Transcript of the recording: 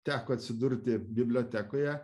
teko atsidurti bibliotekoje